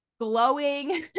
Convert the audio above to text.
glowing